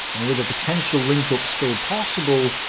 and with a potential link-up still possible,